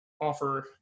offer